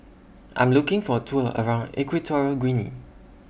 I'm looking For A Tour around Equatorial Guinea